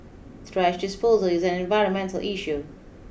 trash disposal is an environmental issue